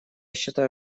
считаю